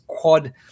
quad